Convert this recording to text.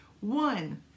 one